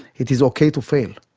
it is okay to fail.